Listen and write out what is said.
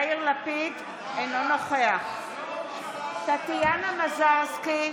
יאיר לפיד, אינו נוכח טטיאנה מזרסקי,